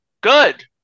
Good